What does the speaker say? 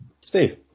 Steve